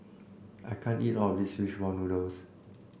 I can't eat all of this fish ball noodles